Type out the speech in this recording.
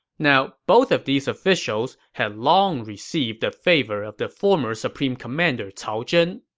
now, both of these officials had long received the favor of the former supreme commander cao zhen.